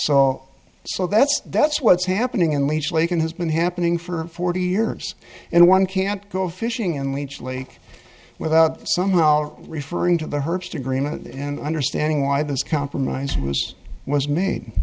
so so that's that's what's happening in leech lake and has been happening for forty years and one can't go fishing in leech lake without somehow referring to the herbst agreement and understanding why this compromise was was